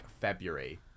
February